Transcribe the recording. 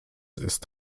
ist